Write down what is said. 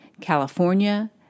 California